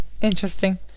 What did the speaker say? interesting